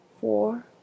four